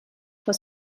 for